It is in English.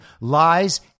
lies